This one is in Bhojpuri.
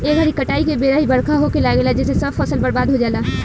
ए घरी काटाई के बेरा ही बरखा होखे लागेला जेसे सब फसल बर्बाद हो जाला